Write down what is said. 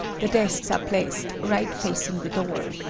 the desks are placed right facing the door.